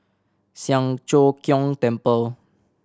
Siang Cho Keong Temple